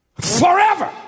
Forever